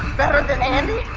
better than andi?